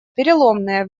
переломное